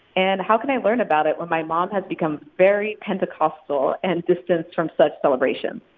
and how can i learn about it when my mom has become very pentecostal and distanced from such celebrations?